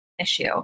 issue